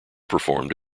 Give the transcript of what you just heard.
performed